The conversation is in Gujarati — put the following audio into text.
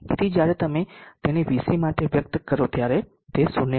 તેથી જ્યારે તમે તેને VC માટે વ્યક્ત કરો ત્યારે તે 0 હશે